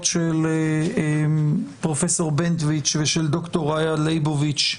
של פרופ' בנטואיץ ושל ד"ר רעיה ליבוביץ'